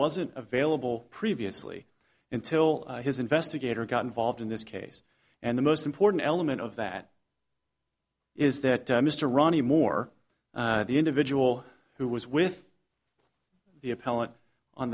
wasn't available previously until his investigator got involved in this case and the most important element of that is that mr ronnie moore the individual who was with the